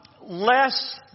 less